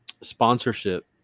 sponsorship